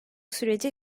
süreci